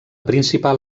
principal